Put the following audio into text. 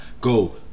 go